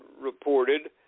reported